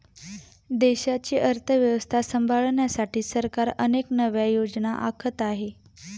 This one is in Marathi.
देशाची अर्थव्यवस्था सांभाळण्यासाठी सरकार अनेक नव्या योजना आखत आहे